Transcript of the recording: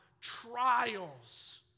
trials